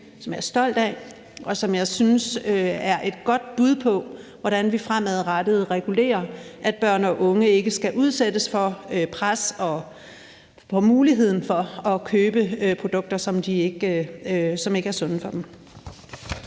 som jeg er stolt af, og som jeg synes er et godt bud på, hvordan vi fremadrettet regulerer, at børn og unge ikke skal udsættes for et pres og for muligheden for at købe produkter, som ikke er sunde for dem.